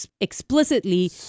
explicitly